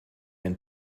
ein